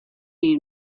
you